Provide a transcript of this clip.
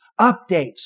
updates